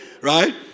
right